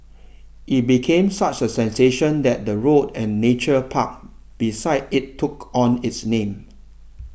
it became such a sensation that the road and nature park beside it took on its name